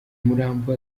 murambo